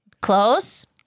Close